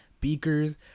beakers